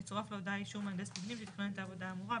יצורף להודעה אישור מהנדס מבנים שתכנן את העבודה האמורה,